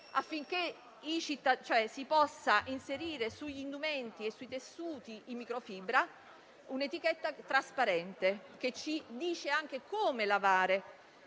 affinché si possa inserire sui tessuti in microfibra un'etichetta trasparente che indichi anche come lavare